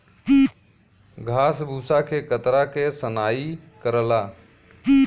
घास भूसा के कतरा के सनाई करला